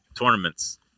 tournaments